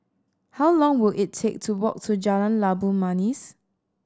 how long will it take to walk to Jalan Labu Manis